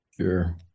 Sure